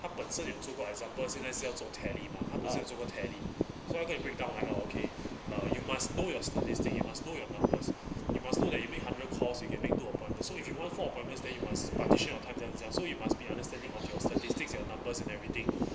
本是也做过 examples 现在要做 tally mah 他不是只做 tally so 他跟你 breakdown like orh okay uh you must know your statistic you must know your numbers you must know that you make one hundred calls you can make two appointments so if you want four appointments you must partition your timesense then so you must be understanding of your statistics your numbers everything